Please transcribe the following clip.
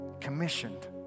commissioned